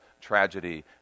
tragedy